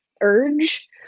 urge